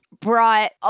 brought